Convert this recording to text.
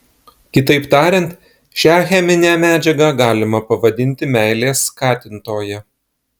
kitaip tariant šią cheminę medžiagą galima pavadinti meilės skatintoja